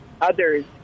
others